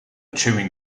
chewing